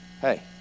hey